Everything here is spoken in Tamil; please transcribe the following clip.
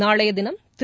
நாளையதினம் திரு